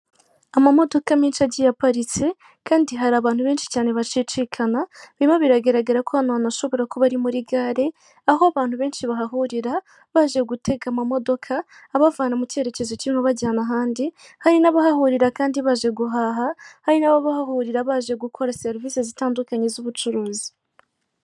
Amamodoka menshi agiye aparitse kandi hari abantu benshi cyane bacicikana birimo biragaragara ko hano hantu hashobora kuba ari muri gare, aho abantu benshi bahahurira baje gutega amamodoka abavana mu cyerekezo kimwe abajyana ahandi, hari n'abahahurira kandi baje guhaha, hari n'abahahurira baje gukora serivise zitandukanye z'ubucuruzi.